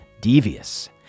Devious